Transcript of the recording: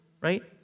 right